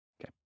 Okay